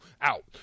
out